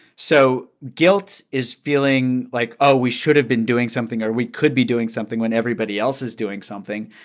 so guilt is feeling like, ah we should have been doing something, or we could be doing something when everybody else is doing something,